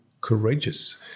courageous